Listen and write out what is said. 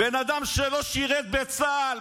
בן אדם שלא שירת בצה"ל,